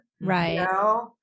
Right